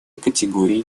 категорий